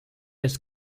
has